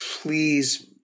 please